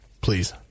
Please